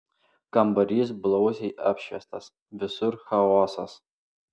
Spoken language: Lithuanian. kambarys blausiai apšviestas visur chaosas